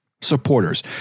supporters